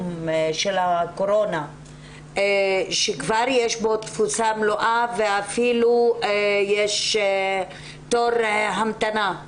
של הקורונה שכבר יש בו תפוסה מלאה ואפילו יש תור המתנה.